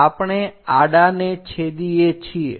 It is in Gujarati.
તો આપણે આડાને છેદીએ છીએ